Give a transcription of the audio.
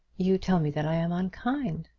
you tell me that i am unkind.